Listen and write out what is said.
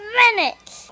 minutes